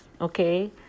okay